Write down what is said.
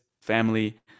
family